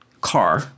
car